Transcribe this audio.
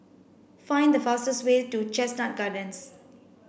find the fastest way to Chestnut Gardens